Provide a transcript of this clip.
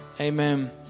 Amen